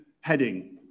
heading